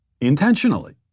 intentionally